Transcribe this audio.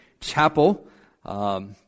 chapel